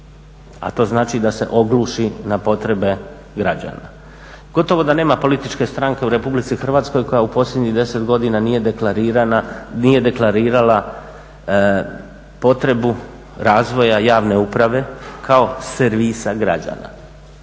A to znači da se ogluši na potrebe građana. Gotovo da nema političke stranke u Republici Hrvatskoj koja u posljednjih deset godina nije deklarirana, nije deklarirala potrebu razvoja javne uprave kao servis građana.